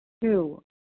Two